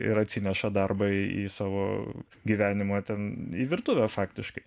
ir atsineša darbą į savo gyvenimo ten į virtuvę faktiškai